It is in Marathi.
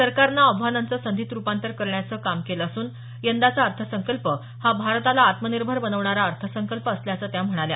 सरकारनं आव्हानांचं संधीत रुपांतर करण्याचं काम केलं असून यंदाचा अर्थसंकल्प हा भारताला आत्मनिर्भर बनवणारा अर्थसंकल्प असल्याचं त्या म्हणाल्या